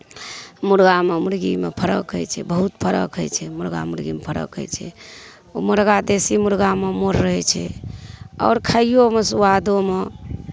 मुर्गामे मुर्गीमे फरक हइ छै बहुत फरक हइ छै मुर्गा मुर्गीमे फरक हइ छै ओ मुर्गा देशी मुर्गामे मोर रहै छै आओर खाइयोमे सुआदोमे